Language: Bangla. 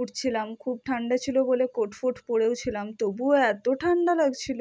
উঠছিলাম খুব ঠান্ডা ছিল বলে কোট ফোট পরেও ছিলাম তবুও এত ঠান্ডা লাগছিল